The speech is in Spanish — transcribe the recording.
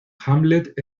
hamlet